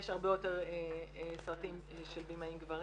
יש הרבה יותר סרטים של בימאים גברים.